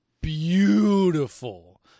beautiful